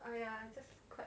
ya